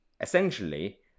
essentially